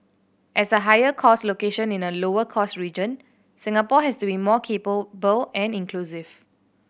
as a higher cost location in a lower cost region Singapore has to be more capable and inclusive